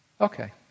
Okay